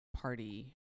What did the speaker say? party